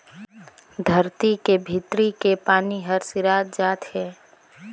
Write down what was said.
धरती के भीतरी के पानी हर सिरात जात हे